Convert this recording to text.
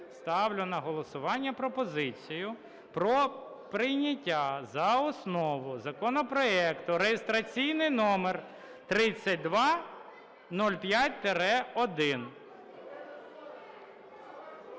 Ставлю на голосування пропозицію про прийняття за основу законопроекту реєстраційний номер 3205-1.